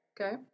Okay